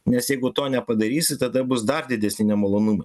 nes jeigu to nepadarysi tada bus dar didesni nemalonumai